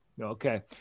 okay